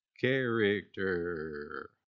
Character